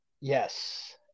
Yes